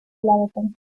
detención